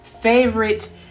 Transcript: favorite